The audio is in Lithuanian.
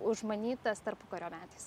užmanytas tarpukario metais